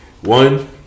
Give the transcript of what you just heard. One